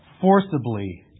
forcibly